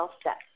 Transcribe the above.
steps